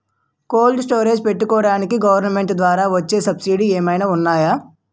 Cold storage పెట్టుకోడానికి government ద్వారా వచ్చే సబ్సిడీ ఏమైనా ఉన్నాయా?